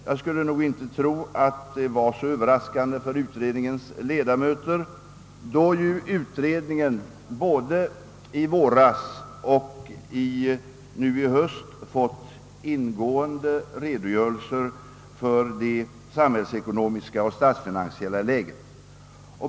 Jag tror emellertid inte att förslagen var så överraskande för utredningens ledamöter, då ju utredningen både i våras och nu i höst fått ingående redogörelser för det samhällsekonomiska och statsfinansiella läget.